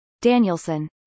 Danielson